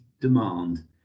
demand